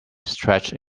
stretched